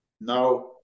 Now